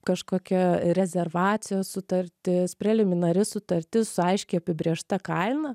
kažkokia rezervacijos sutartis preliminari sutartis su aiškiai apibrėžta kaina